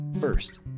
First